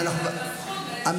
בקשב רב.